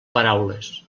paraules